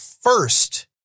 first